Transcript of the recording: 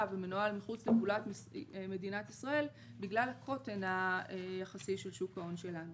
ומנוהל מחוץ למדינת ישראל בגלל הקוטן היחסי של שוק ההון שלנו.